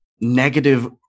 negative